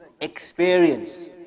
experience